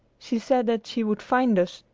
she said that she would find us,